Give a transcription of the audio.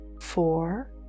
four